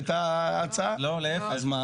אז מה?